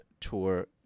tour